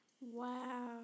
Wow